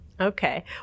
Okay